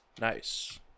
Nice